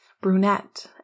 brunette